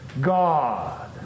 God